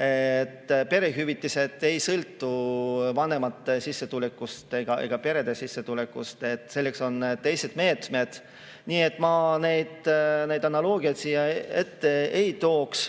Perehüvitised ei sõltu vanemate sissetulekust ega perede sissetulekust, selleks on teised meetmed. Nii et ma neid analoogiaid siin ette ei tooks.